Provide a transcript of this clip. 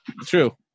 True